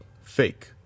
fake